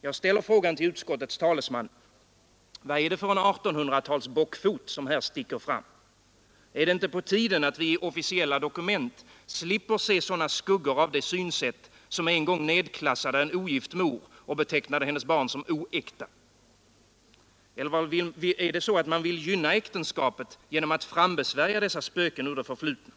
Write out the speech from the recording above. Jag ställer frågan till utskottets talesman: Vad är det för en 1800-talsbockfot som här sticker fram? Är det inte på tiden att vi i officiella dokument slipper se sådana skuggor av det synsätt som en gång nedklassade en ogift mor och betecknade hennes barn som oäkta? Eller vill man gynna äktenskapet genom att frambesvärja dessa spöken ur det förflutna?